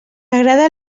agrada